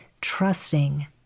trusting